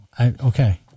Okay